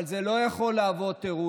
אבל זה לא יכול להיות תירוץ,